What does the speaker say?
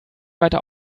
weiter